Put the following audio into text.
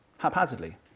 haphazardly